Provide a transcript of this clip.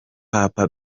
papa